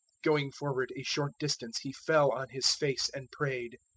going forward a short distance he fell on his face and prayed.